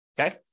okay